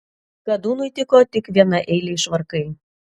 kadūnui tiko tik vieneiliai švarkai